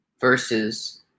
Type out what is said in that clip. versus